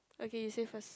okay you say first